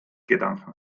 gedanken